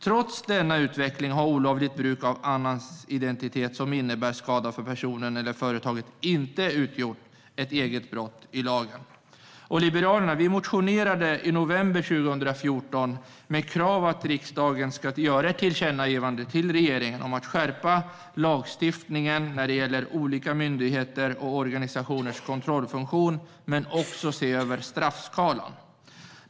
Trots denna utveckling har olovligt bruk av annans identitet som innebär skada för personen eller företaget inte utgjort ett eget brott i lagen. Vi liberaler motionerade i november 2014 med krav på att riksdagen skulle göra ett tillkännagivande till regeringen om att skärpa lagstiftningen när det gäller olika myndigheters och organisationers kontrollfunktion och också se över straffskalan.